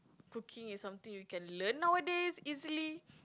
cooking is something you can learn nowadays easily